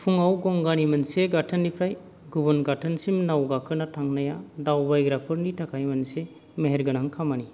फुङाव गंगानि मोनसे गाथोननिफ्राइ गुबुन गाथोनसिम नाव गाखोना थांनाया दावबायग्राफोरनि थाखाय मोनसे मेहेरगोनां खामानि